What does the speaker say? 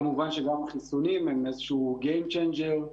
כמובן שגם החיסונים הם איזשהו Game changer.